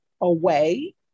away